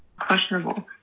questionable